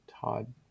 Todd